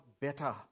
better